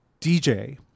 DJ